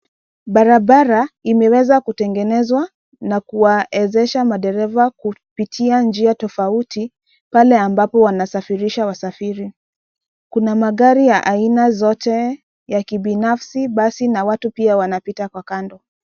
Barabara imeweza kutengenezwa na kuwaezesha madereva kupitia njia tofauti pale ambapo wanasafirisha wasafiri. Kuna magari ya aina zote ya kibinafsi, basi na watu pia wanapita kwa kando.